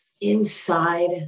inside